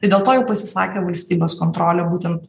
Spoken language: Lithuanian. tai dėl to jau pasisakė valstybės kontrolė būtent